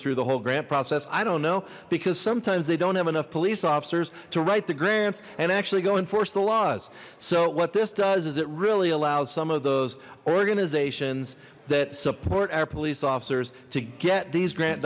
through the whole grant process i don't know because sometimes they don't have enough police officers to write the grants and actually go and force the laws so what this does is it really allows some of those organizations that support our police officers to get these grant